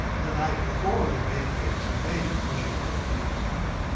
the night before the bay of pigs invasion, which he already knew was coming.